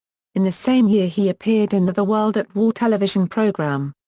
in the same year he appeared in the the world at war television program.